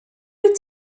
wyt